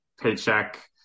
paycheck